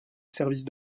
service